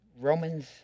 Romans